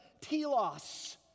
telos